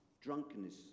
drunkenness